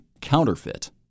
counterfeit